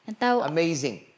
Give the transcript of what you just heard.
Amazing